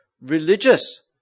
religious